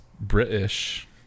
British